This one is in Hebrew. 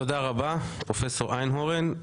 תודה רבה פרופסור איינהורן.